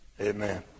amen